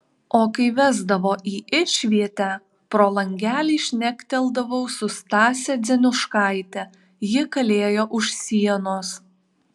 o kai vesdavo į išvietę pro langelį šnekteldavau su stase dzenuškaite ji kalėjo už sienos